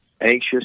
anxious